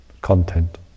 content